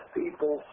people